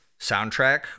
soundtrack